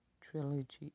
Trilogy